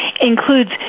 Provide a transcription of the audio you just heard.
includes